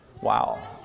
wow